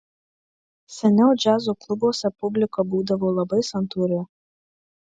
seniau džiazo klubuose publika būdavo labai santūri